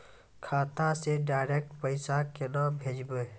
खाता से डायरेक्ट पैसा केना भेजबै?